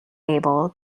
able